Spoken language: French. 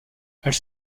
elle